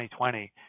2020